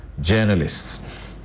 journalists